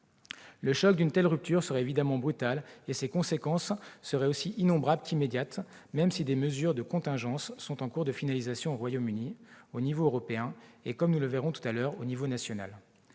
Le choc d'une telle rupture serait évidemment brutal et ses conséquences seraient aussi innombrables qu'immédiates, même si des mesures de contingence sont en cours de finalisation au Royaume-Uni, au niveau européen et, comme nous le verrons tout à l'heure, au niveau national.